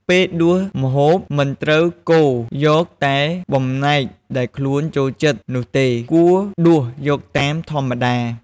ពេលដួសម្ហូប មិនត្រូវកូរយកតែបំណែកដែលខ្លួនចូលចិត្តនោះទេ គួរដួសយកតាមធម្មតា។